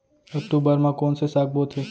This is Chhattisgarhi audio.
अक्टूबर मा कोन से साग बोथे?